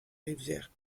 rivières